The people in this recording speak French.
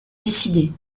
décider